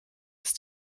ist